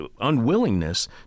unwillingness